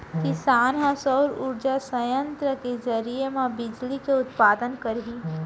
किसान ह सउर उरजा संयत्र के जरिए म बिजली के उत्पादन करही